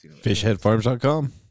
Fishheadfarms.com